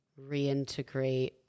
reintegrate